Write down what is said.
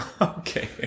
Okay